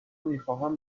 میخواهم